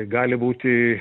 gali būti